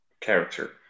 character